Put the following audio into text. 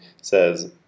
says